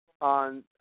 on